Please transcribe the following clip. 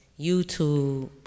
YouTube